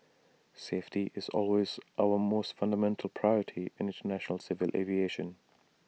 safety is always our most fundamental priority in International civil aviation